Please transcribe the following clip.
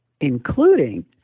including